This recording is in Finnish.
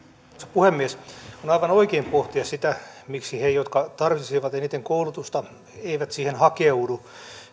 puhemies on aivan oikein pohtia sitä miksi he jotka tarvitsisivat eniten koulutusta eivät siihen hakeudu